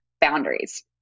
boundaries